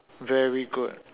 very good